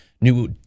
new